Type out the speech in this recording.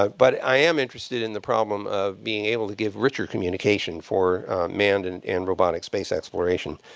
but i am interested in the problem of being able to give richer communication for manned and and robotic space exploration.